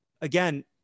again